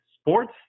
sports